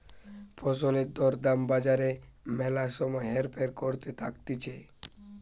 ফসলের দর দাম বাজারে ম্যালা সময় হেরফের করতে থাকতিছে